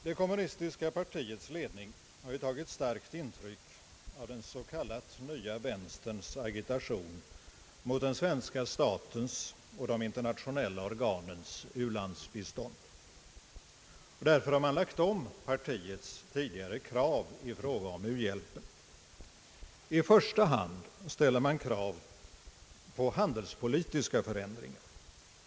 Det kommunistiska partiets ledning har ju tagit starkt intryck av den s.k. nya vänsterns agitation mot den svenska statens och de internationella organens u-landsbistånd. Därför har man lagt om partiets tidigare krav i fråga om u-hjälpen. I första hand ställer man krav på handelspolitiska förändringar.